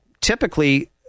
typically